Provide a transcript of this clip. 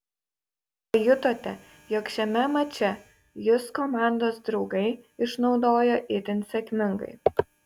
pajutote jog šiame mače jus komandos draugai išnaudojo itin sėkmingai